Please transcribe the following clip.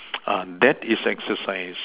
ah that is exercise